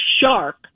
shark